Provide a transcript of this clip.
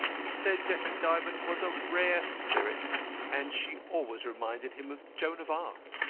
he said jessie dymond was a rare spirit and she always reminded him of joan of arc.